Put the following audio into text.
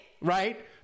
Right